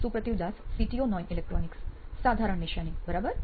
સુપ્રતિવ Das CTO નોઇન electronics સાધારણ નિશાની બરાબર